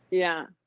yeah,